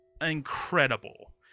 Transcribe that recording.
incredible